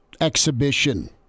exhibition